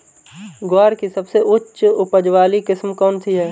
ग्वार की सबसे उच्च उपज वाली किस्म कौनसी है?